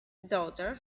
daughter